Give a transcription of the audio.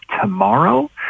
tomorrow